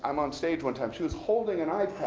um on stage one time. she was holding an